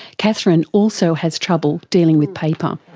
catherine also has trouble dealing with paper.